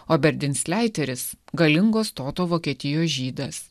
o berdins leiteris galingo stoto vokietijos žydas